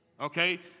Okay